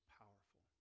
powerful